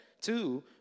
Two